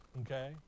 Okay